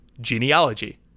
Genealogy